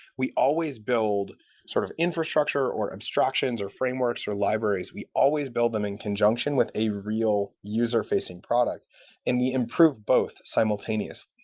we always build sort of infrastructure, or abstractions, or frameworks, or libraries. we always build them in conjunction with a real user-facing product and we improve both simultaneous.